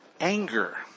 anger